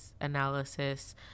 analysis